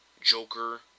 Joker